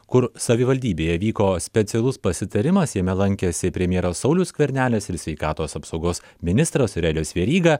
kur savivaldybėje vyko specialus pasitarimas jame lankėsi premjeras saulius skvernelis ir sveikatos apsaugos ministras aurelijus veryga